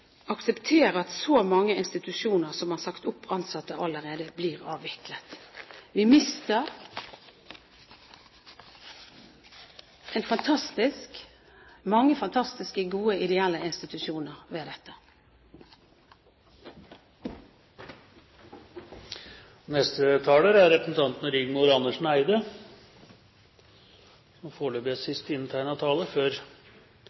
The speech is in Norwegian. akseptere at så mange institusjoner som har sagt opp ansatte allerede, blir avviklet? Vi mister mange fantastiske, gode ideelle institusjoner ved